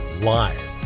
live